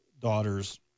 daughter's